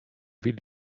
ville